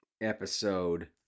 episode